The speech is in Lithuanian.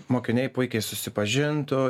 mokiniai puikiai susipažintų